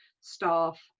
staff